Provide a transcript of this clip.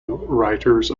writers